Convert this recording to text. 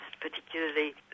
particularly